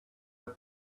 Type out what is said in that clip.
have